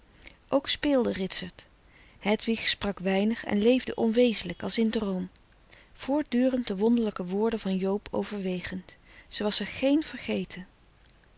ook speelde ritsert hedwig sprak weinig en leefde onwezenlijk als in droom voortdurend frederik van eeden van de koele meren des doods de wonderlijke woorden van joob overwegend ze was er géén vergeten